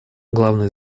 главной